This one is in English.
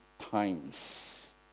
times